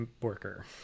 worker